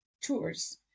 tours